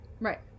Right